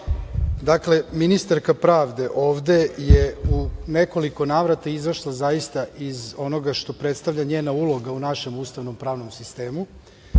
Zašto? Dakle, ministarka pravde ovde je nekoliko navrata izašla zaista iz onoga što predstavlja njena uloga u našem ustavnom pravnom sistemu.